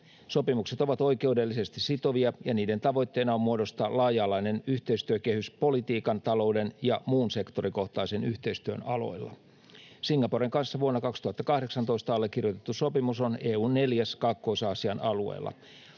Sopimukset ovat oikeudellisesti sitovia, ja niiden tavoitteena on muodostaa laaja-alainen yhteistyökehys politiikan, talouden ja muun sektorikohtaisen yhteistyön aloilla. Singaporen kanssa vuonna 2018 allekirjoitettu sopimus on EU:n neljäs Kaakkois-Aasian alueella.